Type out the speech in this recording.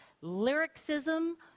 lyricism